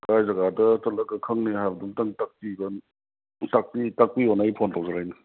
ꯀꯥꯏ ꯖꯥꯒꯗ ꯆꯠꯂꯒ ꯈꯪꯅꯤ ꯍꯥꯏꯕꯗꯨ ꯑꯃꯇꯪ ꯇꯥꯛꯄꯤꯕ ꯇꯥꯛꯄꯤꯌꯣꯅ ꯑꯩ ꯐꯣꯟ ꯇꯧꯖꯔꯛꯏꯅꯦ